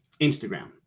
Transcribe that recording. instagram